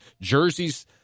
Jerseys